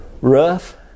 rough